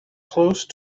close